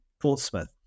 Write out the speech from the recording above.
Portsmouth